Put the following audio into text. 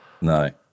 No